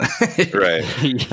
right